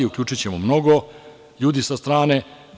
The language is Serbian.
Uključićemo mnogo ljudi sa strane.